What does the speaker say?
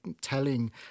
telling